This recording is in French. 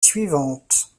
suivante